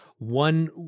One